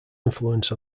influence